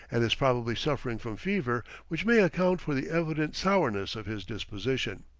and is probably suffering from fever, which may account for the evident sourness of his disposition.